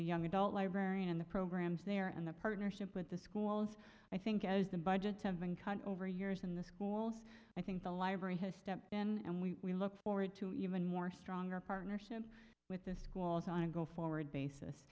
young adult library and the programs there and the partnership with the schools i think as the budgets have been cut over the years in the schools i think the library has stepped in and we look forward to even more stronger partnership with the squalls on a go forward basis